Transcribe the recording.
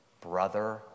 Brother